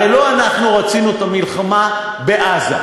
הרי לא אנחנו רצינו את המלחמה בעזה,